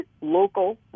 local